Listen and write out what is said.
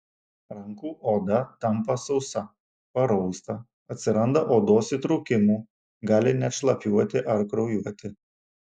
rankų oda tampa sausa parausta atsiranda odos įtrūkimų gali net šlapiuoti ar kraujuoti